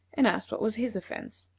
and asked what was his offence.